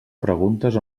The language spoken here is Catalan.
preguntes